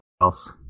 else